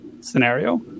scenario